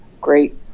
great